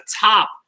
top